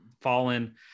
fallen